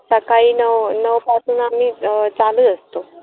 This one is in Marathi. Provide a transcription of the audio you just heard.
सकाळी नऊ नऊपासून आम्ही चालूच असतो